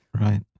Right